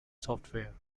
software